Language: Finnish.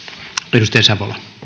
arvoisa